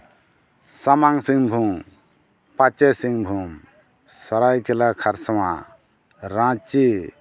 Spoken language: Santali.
ᱥᱟᱢᱟᱝ ᱥᱤᱝᱵᱷᱩᱢ ᱯᱟᱸᱪᱮ ᱥᱤᱝᱵᱷᱩᱢ ᱥᱚᱨᱟᱭᱠᱮᱞᱞᱟ ᱠᱷᱚᱨᱥᱚᱣᱟ ᱨᱟᱺᱪᱤ